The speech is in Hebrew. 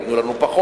ייתנו לנו פחות,